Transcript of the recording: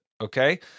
okay